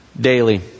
daily